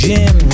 Gym